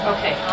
Okay